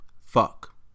Fuck